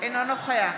אינו נוכח